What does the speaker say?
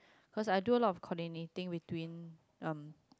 cause I do a lot of coordinating between um